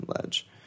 Ledge